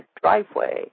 driveway